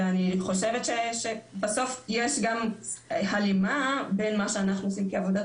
ואני חושבת שבסוף יש גם הלימה בין מה שאנחנו עושים כעבודת